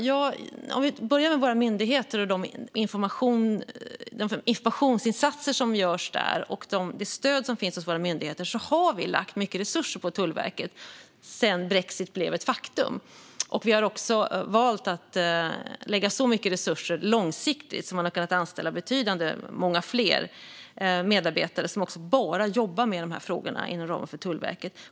För att börja med våra myndigheter, de informationsinsatser som görs där och det stöd som finns där har vi lagt mycket resurser på Tullverket sedan brexit blev ett faktum. Vi har valt att lägga så mycket resurser långsiktigt att man har kunnat anställa ett betydande antal fler medarbetare som jobbar enbart med de här frågorna inom ramen för Tullverket.